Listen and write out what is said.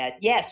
yes